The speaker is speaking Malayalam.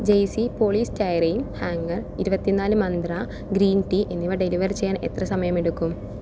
ജെയ്സി പോളിസ്റ്റൈറൈൻ ഹാംഗർ ഇരുപത്തിനാല് മന്ത്ര ഗ്രീൻ ടീ എന്നിവ ഡെലിവർ ചെയ്യാൻ എത്ര സമയമെടുക്കും